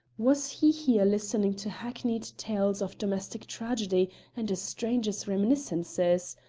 was he here listening to hackneyed tales of domestic tragedy and a stranger's reminiscences?